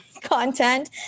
content